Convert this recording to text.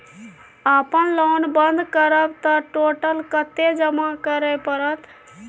अपन लोन बंद करब त टोटल कत्ते जमा करे परत?